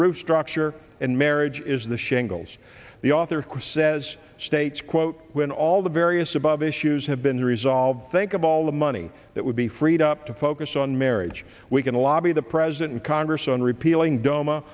root structure and marriage is the shingles the author chris says states quote when all the various above issues have been resolved think of all the money that would be freed up to ocus on marriage we can lobby the president and congress on repealing dom